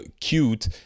cute